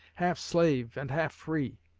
half slave and half free.